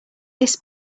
this